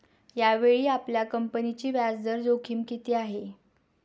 यावेळी आपल्या कंपनीची व्याजदर जोखीम किती आहे?